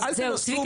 ואל תנצלו,